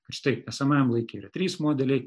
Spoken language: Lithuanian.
kad štai esamajam laike yra trys modeliai